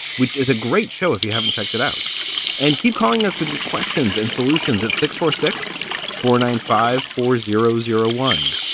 which is a great show if you haven't checked it out and keep calling us with your questions and solutions at six four six four nine five four zero zero one.